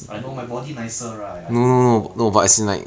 I know my body nicer right like !aiyo!